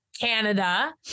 Canada